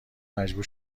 مجبور